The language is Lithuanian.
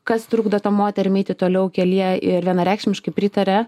kas trukdo tom moterim eiti toliau kelyje ir vienareikšmiškai pritaria